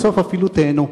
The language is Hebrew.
בסוף אפילו תיהנו.